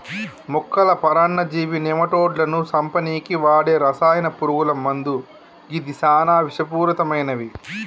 మొక్కల పరాన్నజీవి నెమటోడ్లను సంపనీకి వాడే రసాయన పురుగుల మందు గిది సానా విషపూరితమైనవి